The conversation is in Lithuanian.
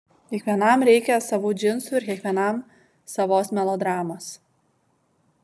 kiekvienam reikia savų džinsų ir kiekvienam savos melodramos